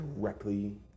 directly